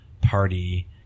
party